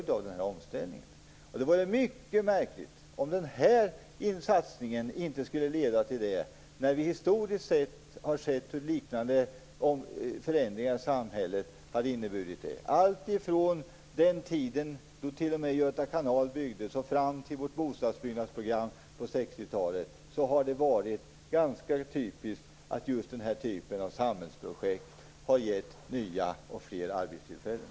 Det vore mycket märkligt om inte denna satsning skulle leda till det. Vi har sett hur liknade förändringar i samhället har fått den följden. Det gäller alltifrån byggandet av Göta kanal till bostadsbyggnadsprogrammet på 60-talet. Denna typ av samhällsprojekt har gett nya och fler arbetstillfällen.